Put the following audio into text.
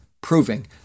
proving